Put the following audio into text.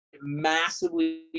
massively